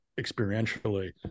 experientially